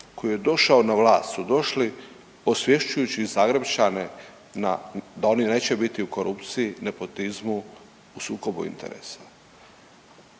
koji je došao na vlast, su došli osvješćujući Zagrepčane da oni neće biti u korupciji, nepotizmu, u sukobu interesa.